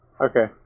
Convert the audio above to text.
Okay